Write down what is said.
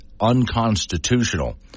unconstitutional